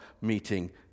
meeting